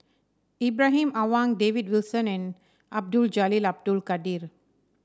Ibrahim Awang David Wilson and Abdul Jalil Abdul Kadir